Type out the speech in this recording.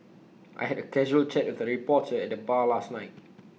I had A casual chat with A reporter at the bar last night